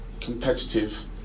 competitive